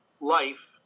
life